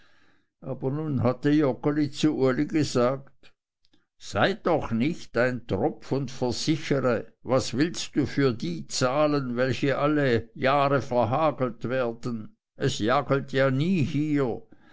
aber nun hatte joggeli zu uli gesagt sei doch nicht ein tropf und versichere was willst du für die zahlen welche alle jahre verhagelt werden es hagelt ja nie hier